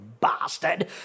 bastard